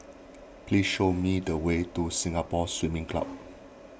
please show me the way to Singapore Swimming Club